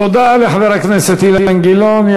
תודה לחבר הכנסת אילן גילאון.